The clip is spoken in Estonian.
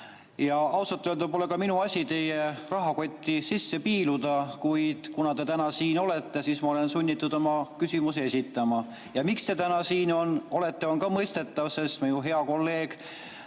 Ausalt öelda pole minu asi teie rahakotti sisse piiluda, kuid kuna te täna siin olete, siis ma olen sunnitud oma küsimusi esitama. Ja miks te täna siin olete, on ka mõistetav, sest minu hea kolleeg